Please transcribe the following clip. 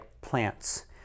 plants